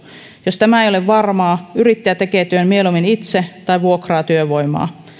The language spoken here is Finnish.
jos tämä ei ole varmaa yrittäjä tekee työn mieluummin itse tai vuokraa työvoimaa